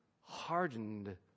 hardened